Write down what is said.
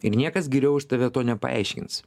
ir niekas geriau už tave to nepaaiškins